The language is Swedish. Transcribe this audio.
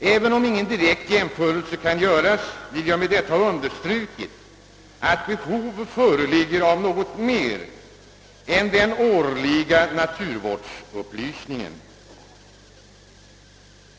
även om ingen direkt jämförelse kan göras, vill jag med detta ha understrukit, att behov föreligger av något mer än den årliga naturvårdsupplysningen.